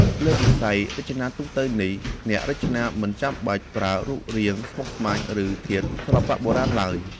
លើវិស័យរចនាទូទៅនេះ អ្នករចនាមិនចាំបាច់ប្រើរូបរាងស្មុគស្មាញ ឬធាតុសិល្បៈបុរាណ ឡើយ